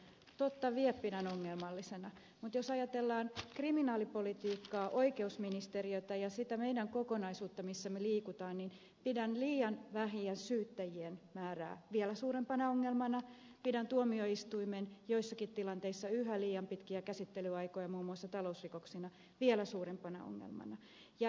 totta vie pidän ongelmallisena mutta jos ajatellaan kriminaalipolitiikkaa oikeusministeriötä ja sitä kokonaisuutta missä me liikumme niin pidän syyttäjien liian vähäistä määrää vielä suurempana ongelmana pidän tuomioistuimen joissakin tilanteissa yhä liian pitkiä käsittelyaikoja muun muassa talousrikoksissa vielä suurempana ongelmana